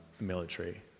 military